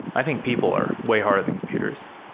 i think people are way harder than computers.